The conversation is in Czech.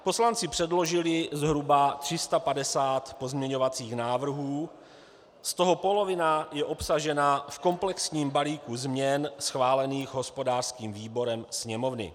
Poslanci předložili zhruba 350 pozměňovacích návrhů, z toho polovina je obsažena v komplexním balíku změn schválených hospodářským výborem Sněmovny.